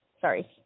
Sorry